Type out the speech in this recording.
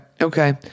Okay